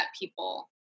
people